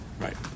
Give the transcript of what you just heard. Right